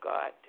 God